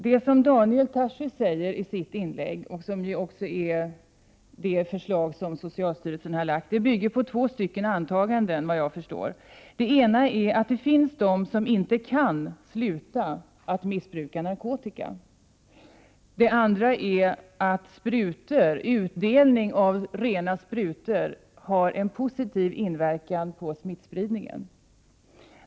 Det som Daniel Tarschys sade i sitt inlägg, vilket överensstämmer med det förslag som socialstyrelsen har lagt fram, bygger såvitt jag förstår på två antaganden. Det ena antagandet är det att det finns de som inte kan sluta missbruka narkotika, och det andra är att utdelning av rena sprutor har en positiv inverkan på smittspridningen.